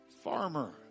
farmer